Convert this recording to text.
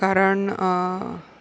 कारण